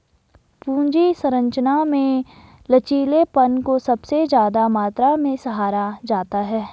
पूंजी संरचना में लचीलेपन को सबसे ज्यादा मात्रा में सराहा जाता है